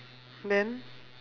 then